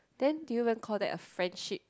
then do you even call that a friendship